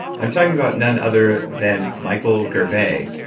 i'm talking about none other than michael gervais,